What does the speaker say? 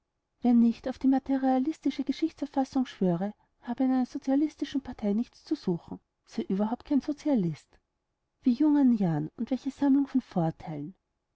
wer nicht auf die materialistische geschichtsauffassung schwöre habe in einer sozialistischen partei nichts zu suchen sei überhaupt kein sozialist wie jung an jahren und welche sammlung von vorurteilen